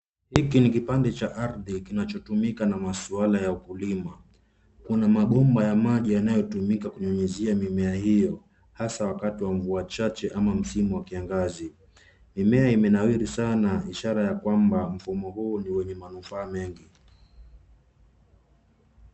Hiki ni kipande cha ardhi kinachotumika na maswala ya ukulima. Kuna mabomba ya maji yanayotumika kunyunyizia mimea hiyo hasa wakati wa mvua chache ama msimu wa kiangazi. Mimea imenawiri sana ishara ya kwamba mfumo huu ni wenye manufaa mengi.